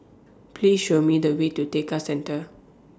Please Show Me The Way to Tekka Centre